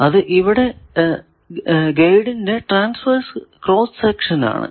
അത് ഇവിടെ ഗൈഡിന്റെ ട്രാൻസ്വേർസ് ക്രോസ്സ് സെക്ഷൻ ആണ്